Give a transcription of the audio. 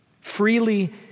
Freely